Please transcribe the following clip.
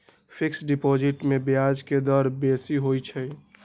fixed deposit में ब्याज के दर बेशी होइ छइ